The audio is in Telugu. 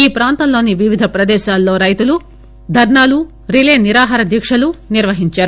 ఈ ప్రాంతంలోని వివిధ ప్రదేశాలలో రైతులు ధర్నాలు రిలే నిరాహారదీక్షలు నిర్వహించారు